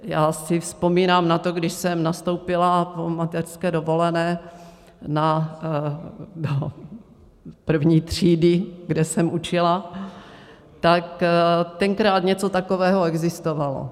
Já si vzpomínám na to, když jsem nastoupila po mateřské dovolené do první třídy, kde jsem učila, tak tenkrát něco takového existovalo.